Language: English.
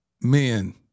Men